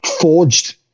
forged